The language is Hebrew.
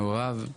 מעורב.